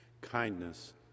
kindness